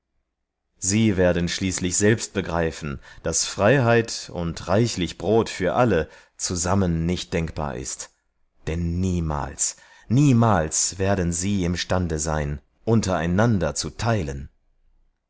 sie werden endlich selber einsehen daß die freiheit und das brot beide zusammen nicht denkbar sind denn niemals werden die menschen das brot untereinander zu teilen